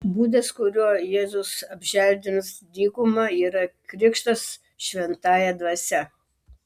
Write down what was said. būdas kuriuo jėzus apželdins dykumą yra krikštas šventąja dvasia